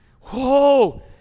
whoa